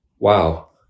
wow